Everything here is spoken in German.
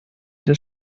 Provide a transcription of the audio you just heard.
des